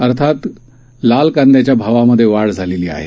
अर्थात लाल कांदयाच्या भावात वाढ झाली आहे